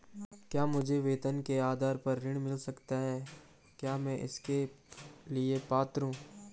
क्या मुझे वेतन के आधार पर ऋण मिल सकता है क्या मैं इसके लिए पात्र हूँ?